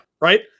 Right